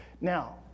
Now